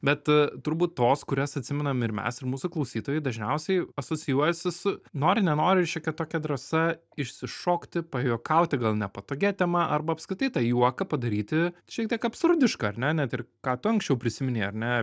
bet turbūt tos kurias atsimenam ir mes ir mūsų klausytojai dažniausiai asocijuojasi su nori nenori šiokia tokia drąsa išsišokti pajuokauti gal nepatogia tema arba apskritai tą juoką padaryti šiek tiek absurdišką ar ne net ir ką tu anksčiau prisiminei ar ne